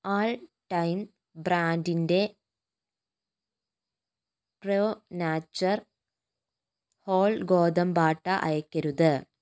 ആൾ time ബ്രാൻഡിന്റെ pro nature whole ഗോതമ്പ് ആട്ട അയയ്ക്കരുത്